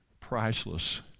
priceless